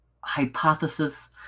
hypothesis